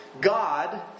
God